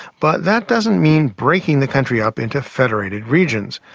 but that doesn't mean breaking the country up into federated regions.